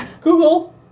Google